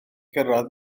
gyrraedd